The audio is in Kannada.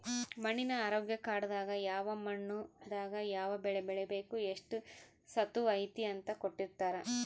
ಮಣ್ಣಿನ ಆರೋಗ್ಯ ಕಾರ್ಡ್ ದಾಗ ಯಾವ ಮಣ್ಣು ದಾಗ ಯಾವ ಬೆಳೆ ಬೆಳಿಬೆಕು ಎಷ್ಟು ಸತುವ್ ಐತಿ ಅಂತ ಕೋಟ್ಟಿರ್ತಾರಾ